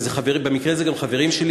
ובמקרה אלה גם חברים שלי,